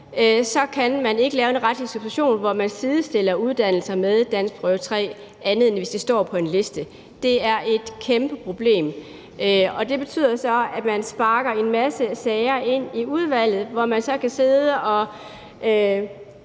ikke kan lave en retlig subsumption, hvor man sidestiller uddannelser med danskprøve 3, andet end hvis de står på en liste. Det er et kæmpeproblem. Og det betyder så, at man sparker en masse sager ind i udvalget, hvor man så kan sidde og